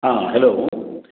हँ हैलो